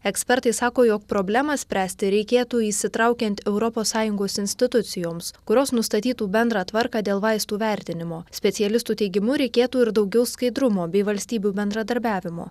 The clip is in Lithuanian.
ekspertai sako jog problemą spręsti reikėtų įsitraukiant europos sąjungos institucijoms kurios nustatytų bendrą tvarką dėl vaistų vertinimo specialistų teigimu reikėtų ir daugiau skaidrumo bei valstybių bendradarbiavimo